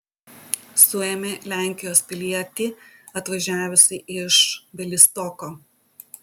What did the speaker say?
suėmė lenkijos pilietį atvažiavusį iš bialystoko